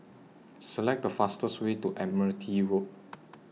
Select The fastest Way to Admiralty Road